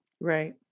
right